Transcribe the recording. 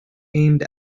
aimed